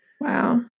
Wow